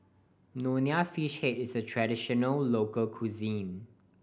Nonya Fish Head is a traditional local cuisine